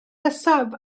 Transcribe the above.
nesaf